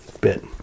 bit